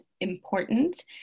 important